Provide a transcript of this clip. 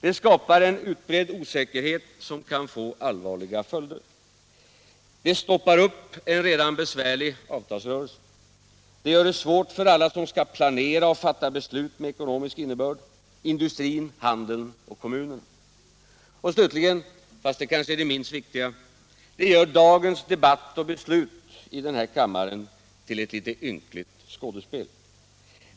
Det skapar en utbredd osäkerhet, som kan få allvarliga följder. Det stoppar upp en redan besvärlig avtalsrörelse. Det gör det svårt för alla som skall planera och fatta beslut med ekonomisk innebörd — industrin, handeln och kommunerna. Och slutligen, fast det är kanske det minst viktiga, det gör dagens debatt och beslut i den här kammaren till ett litet ynkligt skådespel.